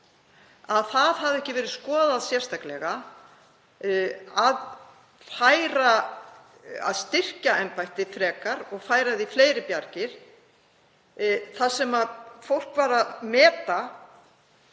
að það hafi ekki verið skoðað sérstaklega að styrkja embættið frekar og færa því fleiri bjargir. Það sem fólk var að meta